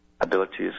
abilities